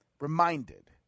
reminded